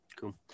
cool